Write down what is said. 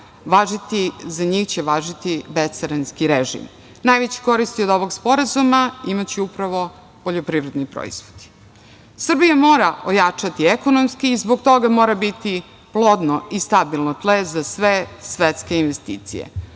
proizvoda važiti bescarinski režim. Najveće koristi od ovog sporazuma imaće upravo poljoprivredni proizvodi. Srbija mora ojačati ekonomski. Zbog toga mora biti plodno i stabilno tle za sve svetske investicije. Naš